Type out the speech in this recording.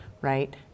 right